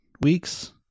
weeks